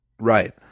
Right